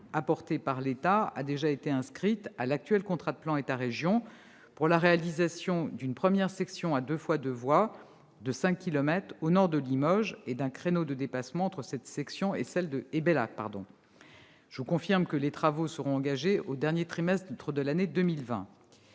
apportés par l'État, a déjà été inscrite à l'actuel contrat de plan État-région, pour la réalisation d'une première section à deux fois deux voies de 5 kilomètres, au nord de Limoges, et d'un créneau de dépassement entre cette section et Bellac. Je vous confirme que les travaux seront engagés au dernier trimestre de l'année 2020.